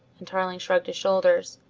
and tarling shrugged his shoulders.